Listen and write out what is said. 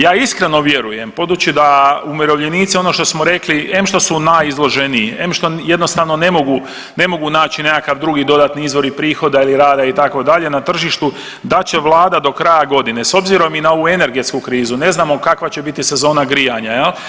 Ja iskreno vjerujem budući da umirovljenici ono što smo rekli, em što su najizloženiji, em što jednostavno ne mogu naći nekakav drugi dodatni izvor prihoda ili rada itd. na tržištu da će Vlada do kraja godine s obzirom i na ovu energetsku krizu ne znamo kakva će biti sezona grijanja.